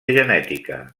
genètica